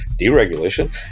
deregulation